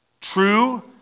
True